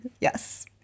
yes